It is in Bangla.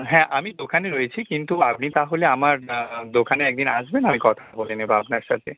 হ্যাঁ আমি দোকানে রয়েছি কিন্তু আপনি তাহলে আমার দোকানে এক দিন আসবেন আমি কথা বলে নেব আপনার সাথে